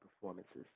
performances